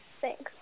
thanks